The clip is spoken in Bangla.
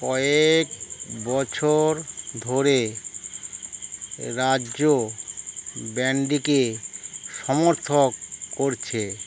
কয়েক বছর ধরে রাজ্য ব্র্যাণ্ডটিকে সমর্থন করছে